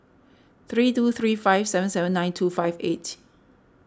three two three five seven seven nine two five eight